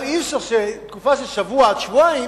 אבל אי-אפשר שבתקופה של שבוע עד שבועיים,